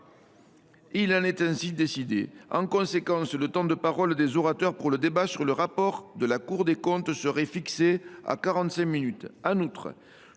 Il en est ainsi décidé. En conséquence, le temps de parole des orateurs pour le débat sur le rapport de la Cour des comptes serait fixé à quarante